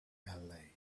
alley